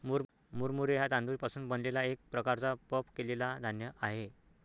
मुरमुरे हा तांदूळ पासून बनलेला एक प्रकारचा पफ केलेला धान्य आहे